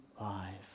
life